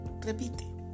Repite